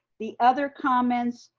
the other comments,